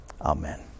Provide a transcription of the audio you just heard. Amen